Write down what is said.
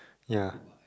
ya